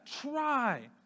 try